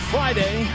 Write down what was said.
Friday